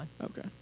Okay